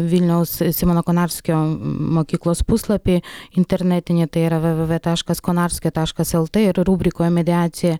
vilniaus simono konarskio mokyklos puslapį internetinė tai yra vė vė vė taškas konarskio taškas lt ir rubrikoje mediacija